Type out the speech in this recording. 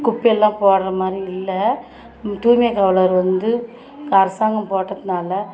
குப்பையெல்லாம் போடுறமாரி இல்லை தூய்மை காவலர் வந்து அரசாங்கம் போட்டதனால